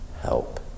help